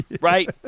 Right